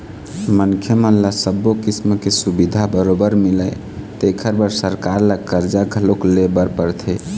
मनखे मन ल सब्बो किसम के सुबिधा बरोबर मिलय तेखर बर सरकार ल करजा घलोक लेय बर परथे